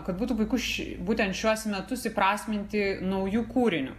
kad būtų puiku ši būtent šiuos metus įprasminti nauju kūriniu